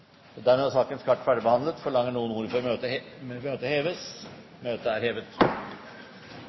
km/t.» Dermed er dagens kart ferdigbehandlet. Ber noen om ordet før møtet heves? – Møtet er hevet.